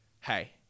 hey